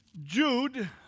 Jude